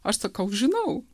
aš sakau žinau